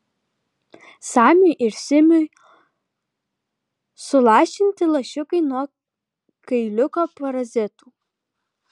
samiui ir simiui sulašinti lašiukai nuo kailiuko parazitų